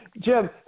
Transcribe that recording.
Jim